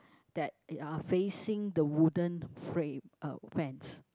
that are facing the wooden frame uh fence